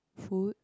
food